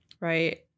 right